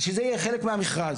שזה יהיה חלק מהמכרז.